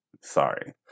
Sorry